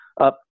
up